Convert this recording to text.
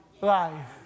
life